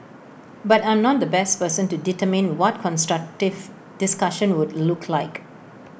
but I am not the best person to determine what constructive discussion would look like